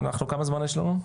כמה זמן יש לנו?